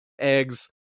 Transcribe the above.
Eggs